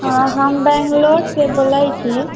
हँ हम बैंगलोरसँ बोलै छी